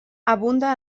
abunda